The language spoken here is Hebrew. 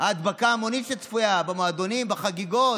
ההדבקה ההמונית שצפויה במועדונים, בחגיגות,